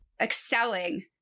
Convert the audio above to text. excelling